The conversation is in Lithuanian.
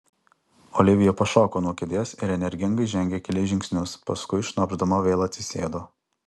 olivija pašoko nuo kėdės ir energingai žengė kelis žingsnius paskui šnopšdama vėl atsisėdo